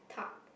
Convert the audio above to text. Tarte